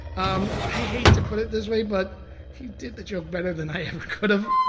um i hate to put it this way, but he did the joke better than i ever could've,